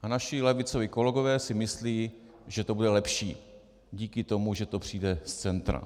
A naši levicoví kolegové si myslí, že to bude lepší díky tomu, že to přijde z centra.